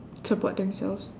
support themselves